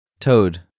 Toad